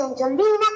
Angelina